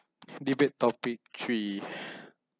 debate topic three